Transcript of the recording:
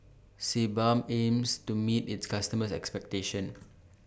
Sebamed aims to meet its customers' expectations